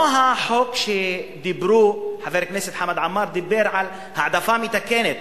חבר הכנסת חמד עמאר דיבר על העדפה מתקנת.